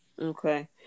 Okay